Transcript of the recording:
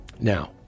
Now